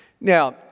Now